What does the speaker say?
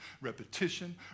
repetition